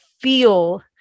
feel